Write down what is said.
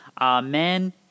Amen